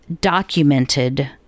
documented